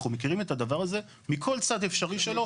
אנחנו מכירים את הדבר הזה מכל צד אפשרי שלו,